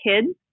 kids